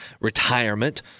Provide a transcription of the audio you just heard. retirement